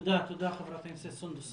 תודה, חברת הכנסת סונדוס סאלח.